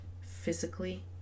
physically